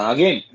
Again